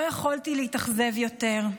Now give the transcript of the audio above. לא יכולתי להתאכזב יותר.